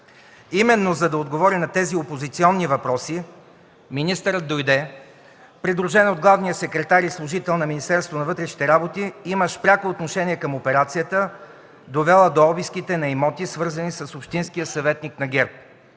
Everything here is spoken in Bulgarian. Именно за да отговори на тези опозиционни въпроси, министърът дойде, придружен от главния секретар и служител на Министерството на вътрешните работи, имащ пряко отношение към операцията, довела до обиските на имоти, свързани с общинския съветник на ГЕРБ.